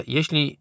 Jeśli